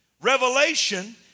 Revelation